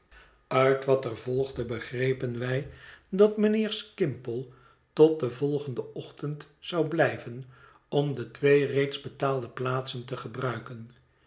uit wat er volgde begrepen wij dat mijnheer skimpole tot den volgenden ochtend zou blijven om de twéé reeds betaalde plaatsen te gebruiken